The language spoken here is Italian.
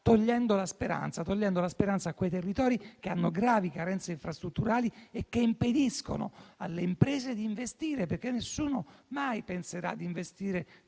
togliendo la speranza a quei territori che hanno gravi carenze infrastrutturali che impediscono alle imprese di investire, perché nessuno mai penserà di investire